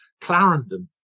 Clarendon